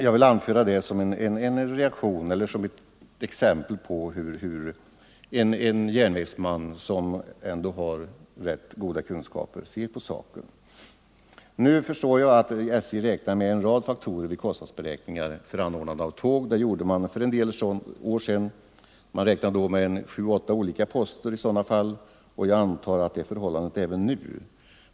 — Jag vill anföra det som exempel på hur en järnvägsman, som har rätt goda kunskaper, ser på saken. Nu vet jag att SJ räknar med en rad faktorer vid kostnadsberäkningar för anordnande av tåg. För en del år sedan räknade man med sju-åtta olika poster i sådana fall, och jag antar att detta är förhållandet också nu.